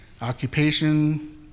occupation